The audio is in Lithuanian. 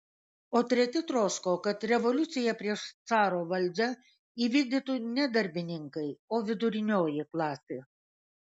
o treti troško kad revoliuciją prieš caro valdžią įvykdytų ne darbininkai o vidurinioji klasė